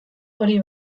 hori